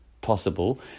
possible